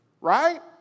right